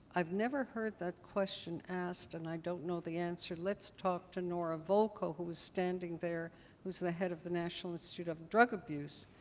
i've never heard that question asked. and i don't know the answer. let's talk to nora volkow who was standing there who's the head of the national institute of drug abuse.